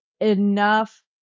enough